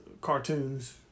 cartoons